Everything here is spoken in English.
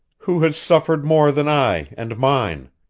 who has suffered more than i and mine?